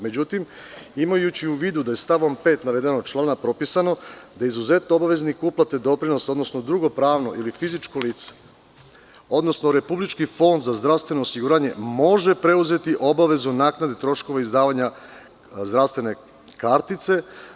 Međutim, imajući u vidu da je stavom 5. navedenog člana propisano da izuzetno obaveznik uplate, odnosno doprinosa, drugo pravno ili fizičko lice, odnosno RFZO može preuzeti obavezu naknade troškova izdavanja zdravstvene kartice.